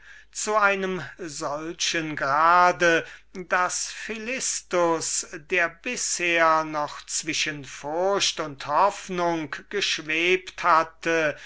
zu einem solchen grade daß philistus der bisher noch zwischen furcht und hoffnung geschwebet hatte